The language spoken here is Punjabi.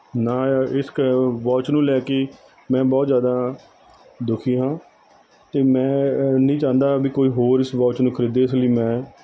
ਨਾ ਇਸ ਕ ਵੌਚ ਨੂੰ ਲੈ ਕੇ ਮੈਂ ਬਹੁਤ ਜ਼ਿਆਦਾ ਦੁਖੀ ਹਾਂ ਅਤੇ ਮੈਂ ਅ ਨਹੀਂ ਚਾਹੁੰਦਾ ਵੀ ਕੋਈ ਹੋਰ ਇਸ ਵੌਚ ਨੂੰ ਖਰੀਦੇ ਇਸ ਲਈ ਮੈਂ